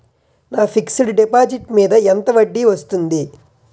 నా fixed deposit మీద ఎంత వడ్డీ వస్తుంది?